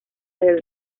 del